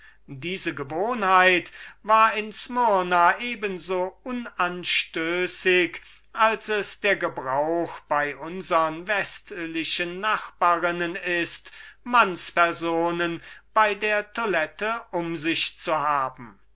diese gewohnheit war in smyrna eben so unschuldig als es der gebrauch bei unsern westlichen nachbarinnen ist mannspersonen bei der toilette um sich zu haben